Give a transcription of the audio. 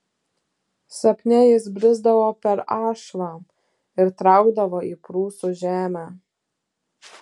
sapne jis brisdavo per ašvą ir traukdavo į prūsų žemę